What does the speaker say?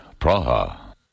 Praha. (